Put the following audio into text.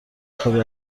خوابی